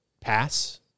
pass